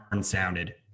sounded